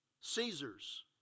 Caesar's